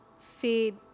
faith